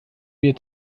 mir